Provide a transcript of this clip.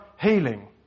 healing